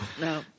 No